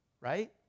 Right